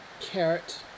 carrot